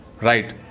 right